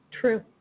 true